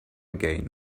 again